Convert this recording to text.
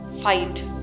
fight